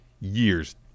years